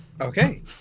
Okay